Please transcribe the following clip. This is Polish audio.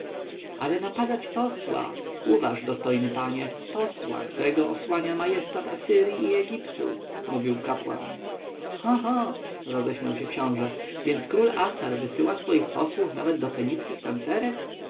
ale napadać posła uważ dostojny panie posła którego osłania majestat asyrji i egiptu mówił kapłan ho ho roześmiał się książę więc król assar wysyła swoich posłów nawet do fenickich tancerek